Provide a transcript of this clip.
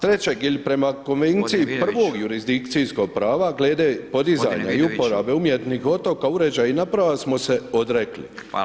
Trećeg ili prema konvenciji prvog jurisdikcijskog prava glede podizanje i uporabe umjetnih otoka, uređaja i naprava smo se odrekli.